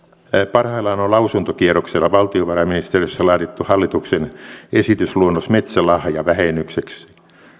parhaillaan on lausuntokierroksella valtiovarainministeriössä laadittu hallituksen esitysluonnos metsälahjavähennykseksi